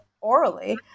orally